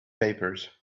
papers